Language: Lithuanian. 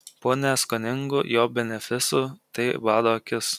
po neskoningų jo benefisų tai bado akis